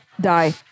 Die